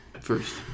first